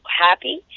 happy